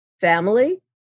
family